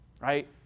right